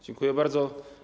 Dziękuję bardzo.